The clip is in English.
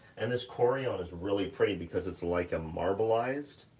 and this cory on is really pretty because it's like marbleized.